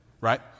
right